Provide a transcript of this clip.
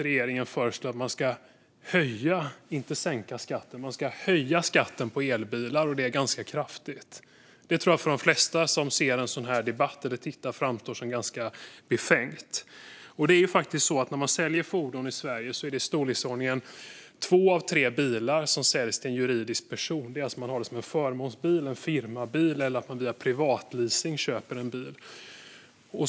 Regeringen föreslår faktiskt att man ska höja - inte sänka - skatten på elbilar, och det ganska kraftigt. För de flesta som ser en sådan här debatt framstår det som ganska befängt. Av de fordon som säljs i Sverige säljs två av tre bilar till en juridisk person. Man har den alltså som en förmånsbil, en firmabil, eller köper en bil via privatleasing.